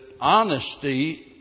honesty